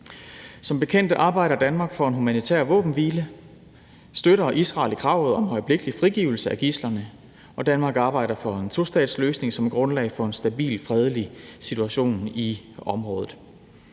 Som bekendt arbejder Danmark for en humanitær våbenhvile og støtter Israel i kravet om øjeblikkelig frigivelse af gidslerne, og Danmark arbejder for en tostatsløsning som grundlag for en stabil fredelig situation i området.